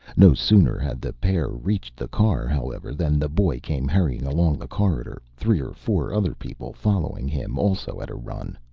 no sooner had the pair reached the car, however, than the boy came hurrying along the corridor, three or four other people following him also at a run.